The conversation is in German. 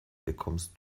bekommst